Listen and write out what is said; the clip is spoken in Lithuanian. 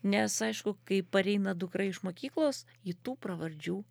nes aišku kai pareina dukra iš mokyklos ji tų pravardžių